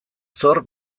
zor